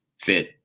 fit